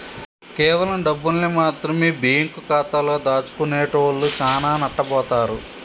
కేవలం డబ్బుల్ని మాత్రమె బ్యేంకు ఖాతాలో దాచుకునేటోల్లు చానా నట్టబోతారు